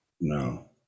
No